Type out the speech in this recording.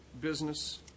business